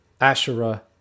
Asherah